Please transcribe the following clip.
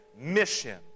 mission